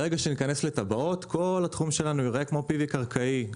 ברגע שניכנס לתב"עות כל התחום שלנו ייראה כמו PV קרקעי.